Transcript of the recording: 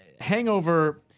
Hangover